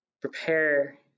Prepare